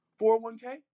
401k